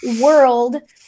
World